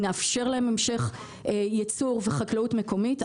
נאפשר להם המשך ייצור וחקלאות מקומית,